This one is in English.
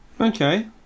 okay